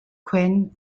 queen